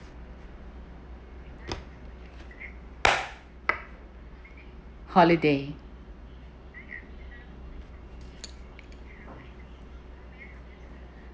holiday